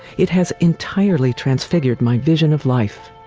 it has entirely transfigured my vision of life,